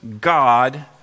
God